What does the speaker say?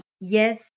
yes